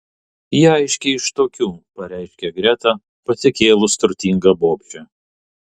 ji aiškiai iš tokių pareiškė greta pasikėlus turtinga bobšė